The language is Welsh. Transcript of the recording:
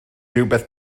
rywbeth